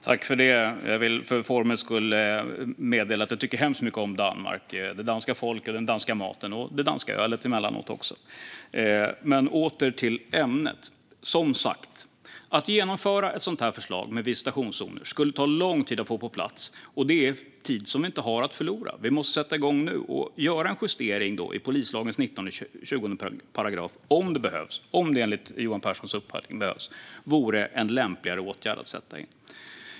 Herr talman! Jag vill för formens skull meddela att jag tycker hemskt mycket om Danmark, det danska folket, den danska maten och också det danska ölet emellanåt. Men åter till ämnet. Som sagt: Att genomföra ett sådant här förslag skulle ta lång tid. Det skulle ta lång tid att få visitationszoner på plats, och det är tid som vi inte har att förlora. Vi måste sätta igång nu och göra en justering i polislagens 19 och 20 § om det behövs. Om det enligt Johan Pehrsons uppfattning behövs vore det en lämpligare åtgärd att sätta in.